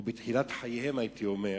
או בתחילת חייהם, הייתי אומר,